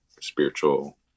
spiritual